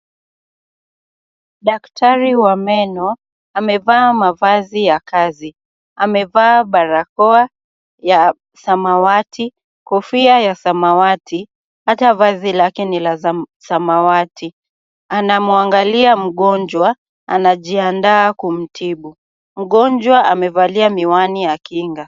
Daktari wa meno amevaa mavazi ya kazi, amevaa barakoa ya samawati, kofia ya samawati hata vazi lake ni la samawati, anamwangalia mgonjwa , anajiandaa kumtibu. Mgonjwa amevalia miwani ya kinga.